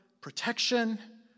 protection